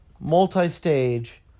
Multi-stage